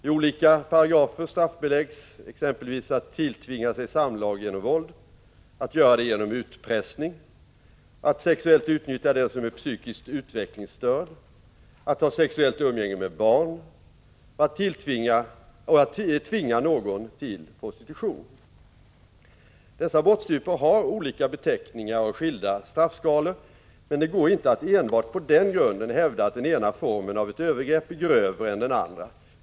I olika paragrafer straffbeläggs exempelvis att tilltvinga sig samlag genom våld, att göra det genom utpressning, att sexuellt utnyttja den som är psykiskt utvecklingsstörd, att ha sexuellt umgänge med barn och tvinga någon till prostitution. Dessa brottstyper har olika beteckningar och skilda straffskalor, men det går inte att enbart på den grunden hävda att den ena formen av övergrepp är grövre än den andra.